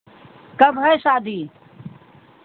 कब है शादी